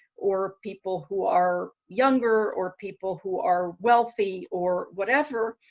or people, who are younger or people, who are wealthy or whatever,